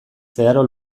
zeharo